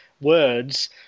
words